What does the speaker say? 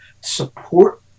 support